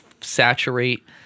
saturate